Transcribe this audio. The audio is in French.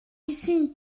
ici